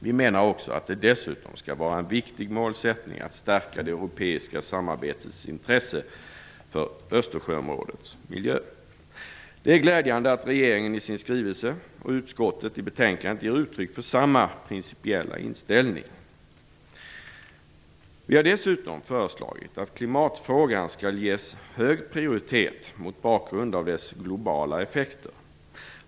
Vi menar också att det dessutom skall vara en viktig målsättning att stärka det europeiska samarbetets intresse för Östersjöområdets miljö. Det är glädjande att regeringen i sin skrivelse och utskottet i betänkandet ger uttryck för samma principiella inställning. Vi har dessutom föreslagit att klimatfrågan skall ges hög prioritet mot bakgrund av dess globala effekter.